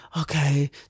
okay